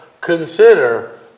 consider